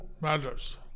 matters